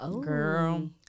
girl